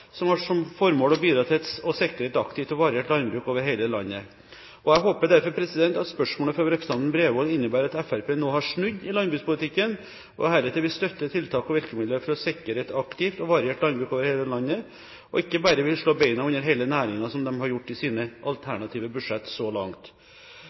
som har som formål å bidra til å sikre et aktivt og variert landbruk over hele landet. Jeg håper derfor at spørsmålet fra representanten Bredvold innebærer at Fremskrittspartiet nå har snudd i landbrukspolitikken og heretter vil støtte tiltak og virkemidler for å sikre et aktivt og variert landbruk over hele landet, og ikke bare vil slå beina under hele næringen, som de har gjort i sine